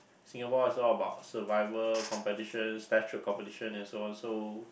Singapore is all about survival competition slash throat competition and so and so